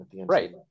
right